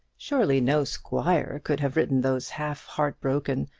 surely no squire could have written those half-heartbroken,